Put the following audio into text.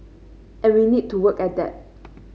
and we need to work at that